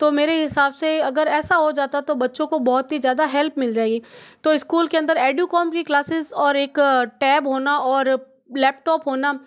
तो मेरे हिसाब से अगर ऐसा हो जाता तो बच्चों को बहुत ही ज़्यादा हेल्प मिल जाएगी तो स्कूल के अंदर एडूकॉम की क्लासेस और एक टैब होना और लैपटॉप होना